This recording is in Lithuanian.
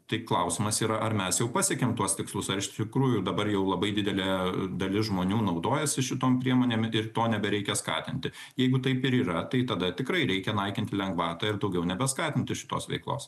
tai klausimas yra ar mes jau pasiekėm tuos tikslus ar iš tikrųjų dabar jau labai didelė dalis žmonių naudojasi šitom priemonėm ir to nebereikia skatinti jeigu taip ir yra tai tada tikrai reikia naikinti lengvatą ir daugiau nebeskatinti šitos veiklos